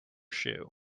shoe